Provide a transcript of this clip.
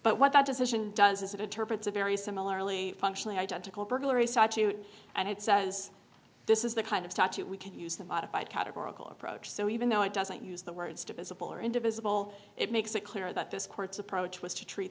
but what that decision does is it interprets a very similarly functionally identical burglary site shoot and it says this is the kind of touch it we can use the modified categorical approach so even though it doesn't use the words divisible or indivisible it makes it clear that this court's approach was to treat